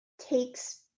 takes